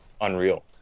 unreal